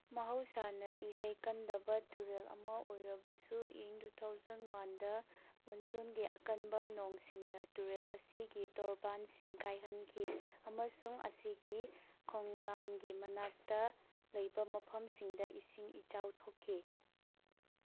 ꯃꯍꯧꯁꯥꯅ ꯏꯔꯩ ꯀꯟꯗꯕ ꯇꯨꯔꯦꯜ ꯑꯃ ꯑꯣꯏꯔꯕꯁꯨ ꯏꯪ ꯇꯨ ꯊꯥꯎꯖꯟ ꯋꯥꯟꯗ ꯃꯣꯟꯁꯨꯟꯒꯤ ꯑꯀꯟꯕ ꯅꯣꯡꯁꯤꯡꯅ ꯇꯨꯔꯦꯜ ꯑꯁꯨꯒꯤ ꯇꯣꯔꯕꯥꯟꯁꯤꯡ ꯀꯥꯏꯍꯟꯈꯤ ꯑꯃꯁꯨꯡ ꯑꯁꯤꯒꯤ ꯈꯣꯡꯂꯝꯒꯤ ꯃꯅꯥꯛꯇ ꯂꯩꯕ ꯃꯐꯝꯁꯤꯡꯗ ꯏꯁꯤꯡ ꯏꯆꯥꯎ ꯊꯣꯛꯈꯤ